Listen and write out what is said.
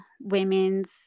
women's